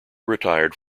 retired